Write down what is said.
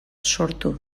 sortu